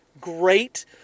Great